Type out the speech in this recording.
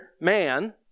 man